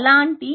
అలాంటి